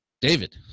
David